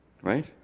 right